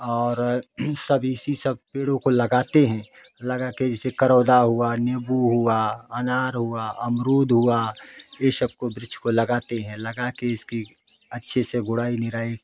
और सब इसी सब पेड़ों को लगाते हैं लगाकर जैसे करौंदा हुआ नींबू हुआ अनार हुआ अमरूद हुआ यह सब को वृक्ष को लगाते हैं लगाकर उसकी अच्छे से गुड़ाई निराई